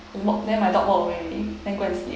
amo~ then my dog walk away already then go and sleep